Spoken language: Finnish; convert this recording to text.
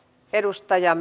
edustajan